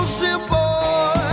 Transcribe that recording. simple